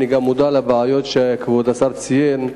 אני גם מודע לבעיות שכבוד השר ציין,